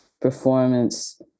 performance